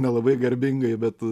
nelabai garbingai bet